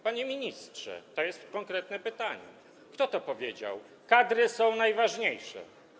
Panie ministrze, to jest konkretne pytanie, kto to powiedział: kadry są najważniejsze?